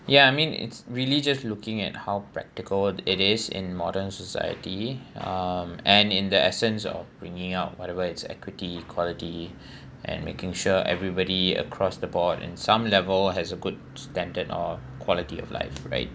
ya I mean it's really just looking at how practical it is in modern society um and in the essence of bringing out whatever its equity equality and making sure everybody across the board and some level has a good standard or quality of life right